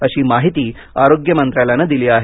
अशी माहिती आरोग्य मंत्रालयानं दिली आहे